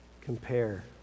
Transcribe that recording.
compare